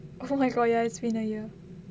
oh my god ya it's been a year